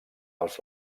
als